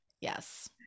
Yes